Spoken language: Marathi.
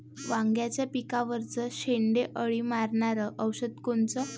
वांग्याच्या पिकावरचं शेंडे अळी मारनारं औषध कोनचं?